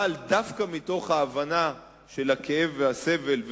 אבל דווקא מתוך ההבנה של הכאב והסבל,